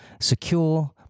secure